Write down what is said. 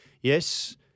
Yes